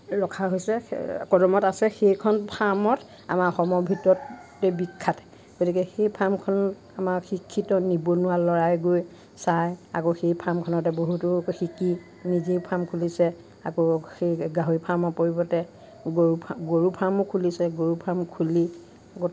ৰখা হৈছে কদমত আছে সেইখন ফাৰ্মত আমাৰ অসমৰ ভিতৰতে বিখ্যাত গতিকে সেই ফাৰ্মখনত আমাৰ শিক্ষিত নিবনুৱা ল'ৰাই গৈ চায় আকৌ সেই ফাৰ্মখনতে বহুতো শিকি নিজে ফাৰ্ম খুলিছে আকৌ সেই গাহৰি ফাৰ্মৰ পৰিৱৰ্তে গৰু ফাৰ্মো খুলিছে গৰু ফাৰ্ম খুলি